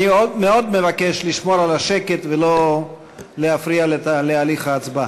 אני מאוד מבקש לשמור על השקט ולא להפריע להליך ההצבעה.